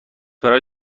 برای